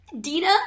Dina